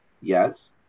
yes